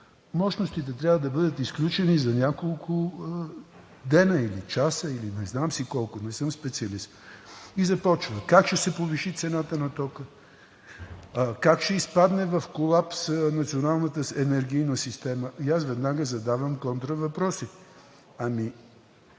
мощностите трябва да бъдат изключени за няколко дена, или часа, не знам колко, не съм специалист. И започва – как ще се повиши цената на тока, как ще изпадне в колапс националната енергийна система. И аз веднага задавам контравъпроси: къде